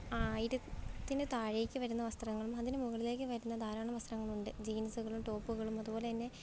ആയിരത്തിന് താഴേക്ക് വരുന്ന വസ്ത്രങ്ങളും അതിന് മുകളിലേക്കു വരുന്ന ധാരാളം വസ്ത്രങ്ങളുണ്ട് ജീൻസുകളും ടോപ്പുകളും അതുപോലെ തന്നെ